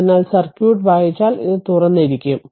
അതിനാൽ സർക്യൂട്ട് വായിച്ചാൽ ഇത് തുറന്നിരിക്കും